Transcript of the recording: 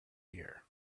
here